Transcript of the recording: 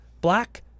Black